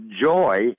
joy